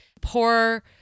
Poor